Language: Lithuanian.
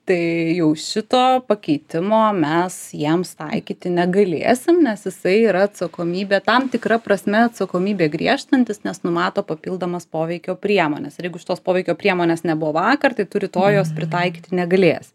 tai jau šito pakeitimo mes jiems taikyti negalėsim nes jisai yra atsakomybę tam tikra prasme atsakomybę griežtinantis nes numato papildomas poveikio priemones ir jeigu šitos poveikio priemonės nebuvo vakar tai tu rytoj jos pritaikyti negalėsi